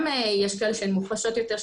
יש כאלה שהן מוחלשות יותר,